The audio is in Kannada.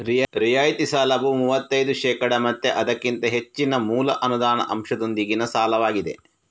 ರಿಯಾಯಿತಿ ಸಾಲವು ಮೂವತ್ತೈದು ಶೇಕಡಾ ಮತ್ತೆ ಅದಕ್ಕಿಂತ ಹೆಚ್ಚಿನ ಮೂಲ ಅನುದಾನ ಅಂಶದೊಂದಿಗಿನ ಸಾಲವಾಗಿದೆ